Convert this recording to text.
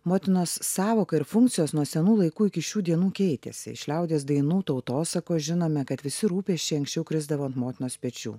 motinos sąvoka ir funkcijos nuo senų laikų iki šių dienų keitėsi iš liaudies dainų tautosakos žinome kad visi rūpesčiai anksčiau krisdavo ant motinos pečių